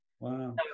Wow